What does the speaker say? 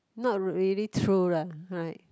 not really true lah right